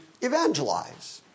evangelize